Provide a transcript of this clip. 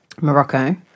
Morocco